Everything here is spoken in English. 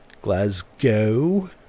Glasgow